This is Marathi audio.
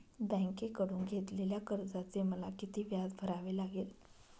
बँकेकडून घेतलेल्या कर्जाचे मला किती व्याज भरावे लागेल?